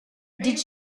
did